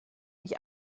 mich